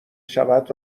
شود